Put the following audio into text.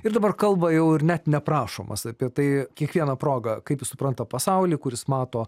ir dabar kalba jau ir net neprašomas apie tai kiekviena proga kaip jis supranta pasaulį kuris mato